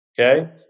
okay